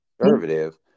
conservative